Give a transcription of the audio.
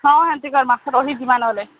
ହଁ ହେନ୍ତି କରମା ରହିଯିମା ନହେଲେ